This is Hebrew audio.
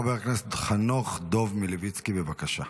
חבר הכנסת חנוך דב מלביצקי, בבקשה.